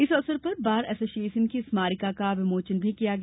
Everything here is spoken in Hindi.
इस अवसर पर बार एसोसिएशन की स्मारिका का विमोचन भी किया गया